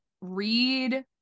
read